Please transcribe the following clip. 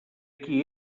qui